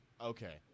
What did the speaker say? Okay